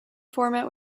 format